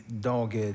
dogged